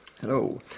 Hello